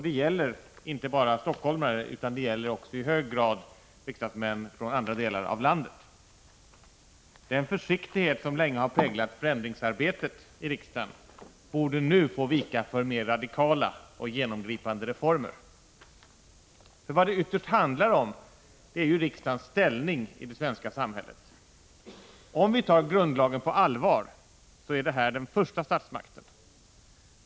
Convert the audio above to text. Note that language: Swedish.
Det gäller inte bara stockholmare utan det gäller även i hög grad riksdagsmän från andra delar av landet. Den försiktighet som länge har präglat förändringsarbetet i riksdagen borde nu få vika för mer radikala och genomgripande reformer. Vad det ytterst handlar om är riksdagens ställning i det svenska samhället. Om vi tar grundlagen på allvar är riksdagen den första statsmakten.